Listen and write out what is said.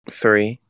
three